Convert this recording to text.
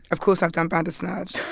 of course i've done bandersnatch